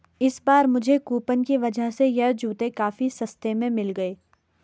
इस बार मुझे कूपन की वजह से यह जूते काफी सस्ते में मिल गए